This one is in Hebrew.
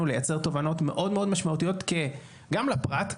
לייצר תובנות מאוד מאוד משמעותיות גם לפרט,